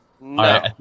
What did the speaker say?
No